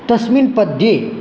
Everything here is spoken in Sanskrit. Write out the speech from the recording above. तस्मिन् पद्ये